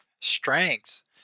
strengths